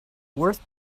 worth